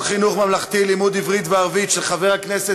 ממלכתי (תיקון, חובת לימוד עברית וערבית), התשע"ה